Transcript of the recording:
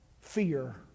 fear